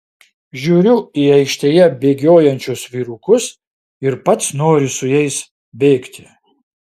žiūriu į aikštėje bėgiojančius vyrukus ir pats noriu su jais bėgti